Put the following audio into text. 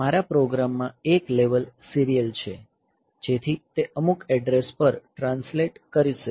મારા પ્રોગ્રામમાં એક લેવલ સીરીયલ છે જેથી તે અમુક એડ્રેસ પર ટ્રાન્સલેટ કરશે